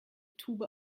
tube